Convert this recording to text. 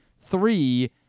Three